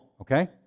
Okay